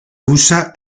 usa